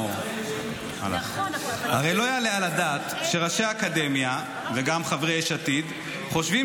הרי לא יעלה על הדעת שראשי האקדמיה וגם חברי יש עתיד חושבים